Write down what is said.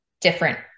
different